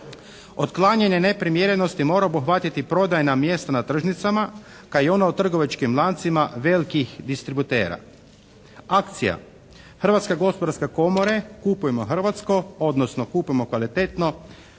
Otklanjanje neprimjerenosti mora obuhvatiti prodajna mjesta na tržnicama kao i ona u trgovačkim lancima velikih distributera. Akcija Hrvatske gospodarske komore "kupujmo hrvatsko, odnosno kupujmo kvalitetno"